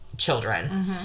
children